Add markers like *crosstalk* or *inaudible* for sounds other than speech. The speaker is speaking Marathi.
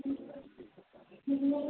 *unintelligible*